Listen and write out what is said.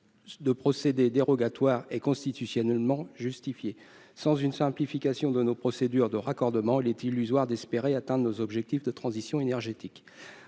des procédures dérogatoires est constitutionnellement justifié. Sans une simplification de nos procédures de raccordement, il est illusoire d'espérer atteindre nos objectifs de transition énergétique !